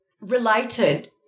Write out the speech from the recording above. related